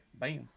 Bam